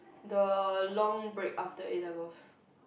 the long break after A-level